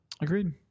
Agreed